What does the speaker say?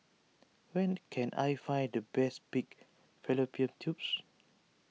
where can I find the best Pig Fallopian Tubes